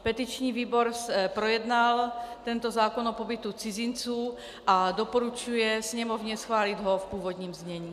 Petiční výbor projednal tento zákon o pobytu cizinců a doporučuje Sněmovně schválit ho v původním znění.